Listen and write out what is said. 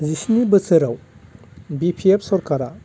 जिस्नि बोसोराव B P F सरखारा